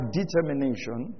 determination